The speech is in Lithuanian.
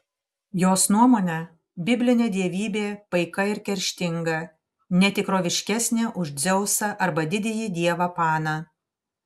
jos nuomone biblinė dievybė paika ir kerštinga ne tikroviškesnė už dzeusą arba didįjį dievą paną